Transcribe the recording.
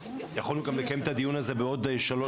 יכולנו גם לקיים את הדיון הזה בעוד שלוש